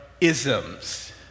isms